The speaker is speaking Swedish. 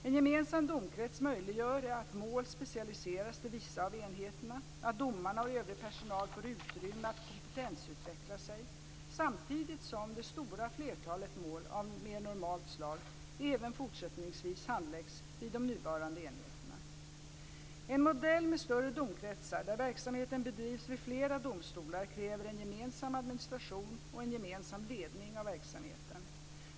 En gemensam domkrets möjliggör att mål specialiseras till vissa av enheterna, att domarna och övrig personal får utrymme att kompetensutveckla sig samtidigt som det stora flertalet mål av mer normalt slag även fortsättningsvis handläggs vid de nuvarande enheterna. En modell med större domkretsar där verksamheten bedrivs vid flera domstolar kräver en gemensam administration och en gemensam ledning av verksamheten.